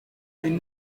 dufite